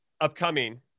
upcoming